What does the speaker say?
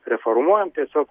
reformuojam tiesiog